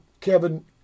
Kevin